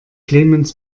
clemens